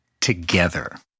together